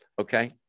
Okay